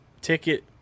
ticket